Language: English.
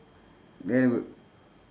then